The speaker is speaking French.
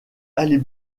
aller